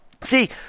See